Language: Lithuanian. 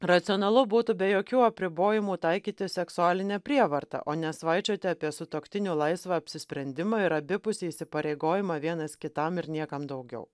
racionalu būtų be jokių apribojimų taikyti seksualinę prievartą o ne svaičioti apie sutuoktinių laisvą apsisprendimą ir abipusį įsipareigojimą vienas kitam ir niekam daugiau